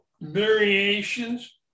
variations